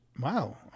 wow